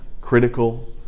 critical